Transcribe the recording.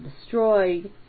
destroyed